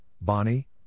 Bonnie